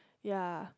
ya